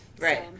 Right